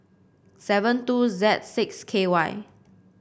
seven two Z six K Y